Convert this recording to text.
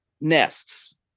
nests